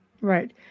Right